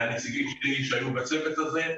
הנציגים שלי היו בצוות הזה.